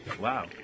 Wow